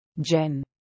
Jen